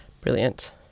Brilliant